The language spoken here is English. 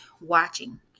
Watching